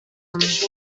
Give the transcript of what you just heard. حرف